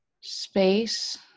space